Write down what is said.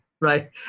right